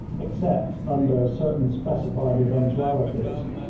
except under certain specified eventualities,